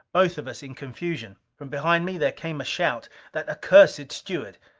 both of us in confusion. from behind me there came a shout. that accursed steward!